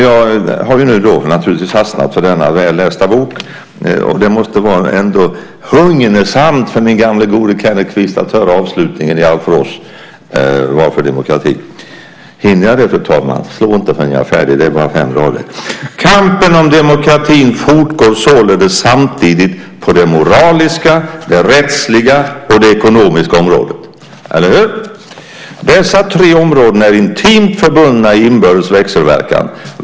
Jag har naturligtvis fastnat för denna väl lästa bok, och det måste ändå vara hugnesamt för den gamle gode Kenneth Kvist att höra avslutningen i Alf Ross Varför demokrati? Hinner jag läsa den, fru talman? Slå inte i bordet förrän jag är färdig. Det är bara fem rader: "Kampen om demokratin fortgår således samtidigt på det moraliska, det rättsliga och det ekonomiska området. Dessa tre områden är intimt förbundna i inbördes växelverkan.